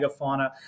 megafauna